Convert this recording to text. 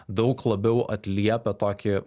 daug labiau atliepia tokį